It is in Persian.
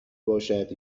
باشد